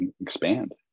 expand